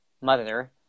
mother